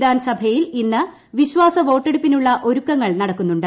വിദാൻ സ്ട്രയിൽ ഇന്ന് വിശ്വാസ വോട്ടടുപ്പിനുള്ള ഒരുക്കങ്ങൾ നടക്കുന്നുണ്ട്